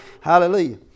Hallelujah